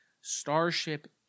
Starship